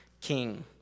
king